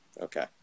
Okay